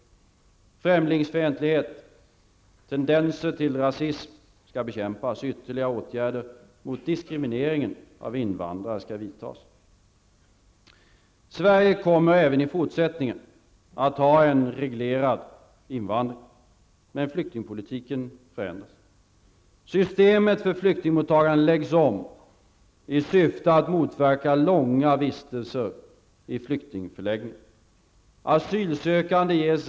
Främlingsfientlighet och tendenser till rasism skall bekämpas. Ytterligare åtgärder mot diskriminering av invandrare skall vidtas. Sverige kommer även i fortsättningen att ha en reglerad invandring. Men flyktingpolitiken förändras.